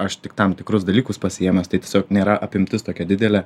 aš tik tam tikrus dalykus pasiėmęs tai tiesiog nėra apimtis tokia didelė